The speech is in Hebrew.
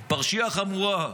פרשייה חמורה,